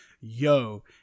yo